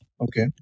Okay